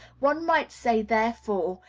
one might say therefore,